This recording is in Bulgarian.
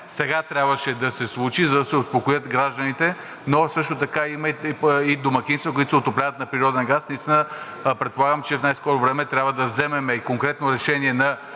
сега трябваше да се случи, за да се успокоят гражданите и домакинствата, които се отопляват на природен газ. Предполагам, че в най-скоро време трябва да вземем и конкретно решение на